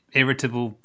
irritable